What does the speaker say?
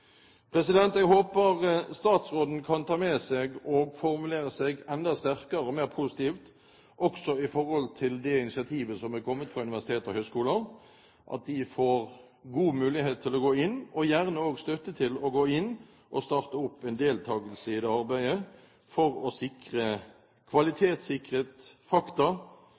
Jeg håper statsråden kan formulere seg enda sterkere og mer positivt, også når det gjelder det initiativet som er kommet fra universiteter og høyskoler. At de får en god mulighet til å gå inn, og gjerne også støtte til å gå inn og starte opp en deltakelse i dette arbeidet for å sikre kvalitetssikrede fakta